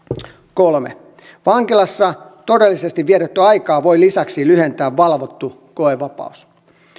kolme vankilassa todellisesti vietettyä aikaa voi lisäksi lyhentää valvottu koevapaus